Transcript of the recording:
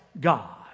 God